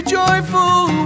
joyful